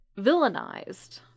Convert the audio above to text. villainized